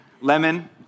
Lemon